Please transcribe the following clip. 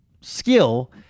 skill